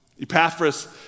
Epaphras